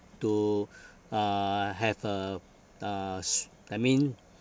to uh have uh uh s~ that mean